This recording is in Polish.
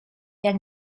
jak